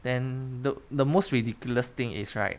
then the the most ridiculous thing is right